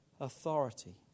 authority